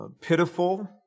pitiful